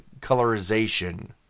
colorization